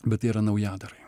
bet tai yra naujadarai